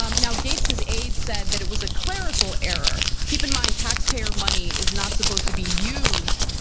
um now gaetz's aides said that it was a clerical error. keep in mind taxpayer money is not supposed to be used.